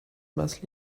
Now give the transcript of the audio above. más